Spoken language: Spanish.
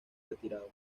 retirado